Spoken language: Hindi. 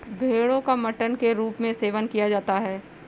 भेड़ो का मटन के रूप में सेवन किया जाता है